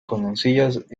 conocidas